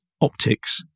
optics